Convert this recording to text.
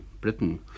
Britain